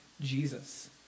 Jesus